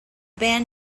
band